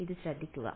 ഇത് ശ്രദ്ധിക്കുക